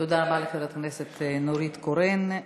תודה רבה לחברת הכנסת נורית קורן.